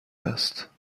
است